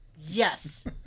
Yes